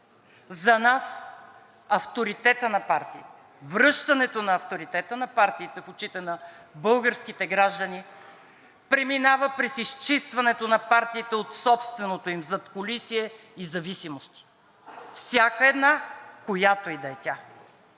За нас авторитетът на партиите, връщането на авторитета на партиите в очите на българските граждани преминава през изчистването на партиите от собственото им задкулисие и зависимости – всяка една, която и да е тя,